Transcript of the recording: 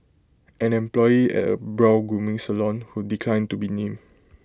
an employee at A brow grooming salon who declined to be named